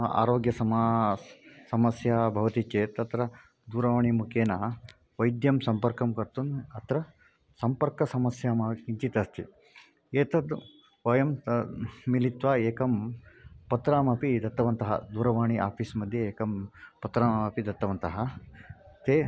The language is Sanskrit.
आरोग्यसमस्या समस्या भवति चेत् तत्र दूरवाणीमुखेन वैद्यं सम्पर्कं कर्तुम् अत्र सम्पर्कसमस्यां किञ्चित् अस्ति एतद् वयं मिलित्वा एकं पत्रमपि दत्तवन्तः दूरवाणी आफ़ीस्मध्ये एकं पत्रमपि दत्तवन्तः ते